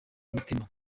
mutima